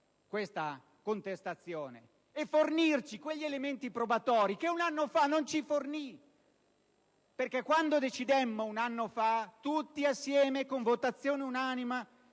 questa contestazione e fornirci quegli elementi probatori che un anno fa non ci fornì, perché quando decidemmo un anno fa, tutti assieme, con votazione unanime,